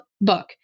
book